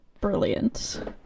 brilliant